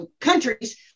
countries